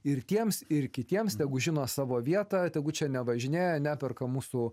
ir tiems ir kitiems tegu žino savo vietą tegu čia nevažinėja neperka mūsų